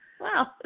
Wow